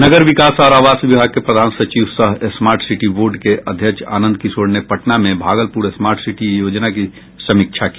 नगर विकास और आवास विभाग के प्रधान सचिव सह स्मार्ट सिटी बोर्ड के अध्यक्ष आनंद किशोर ने पटना में भागलपुर स्मार्ट सिटी योजनाओं की समीक्षा की